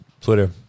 Twitter